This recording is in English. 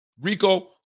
Rico